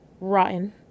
rotten